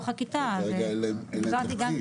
אבל כרגע אין להם תקציב.